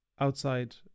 outside